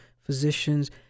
physicians